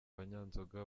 banyanzoga